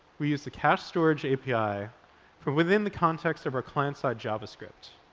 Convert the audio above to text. we use the cache storage api from within the context of our client-side javascript.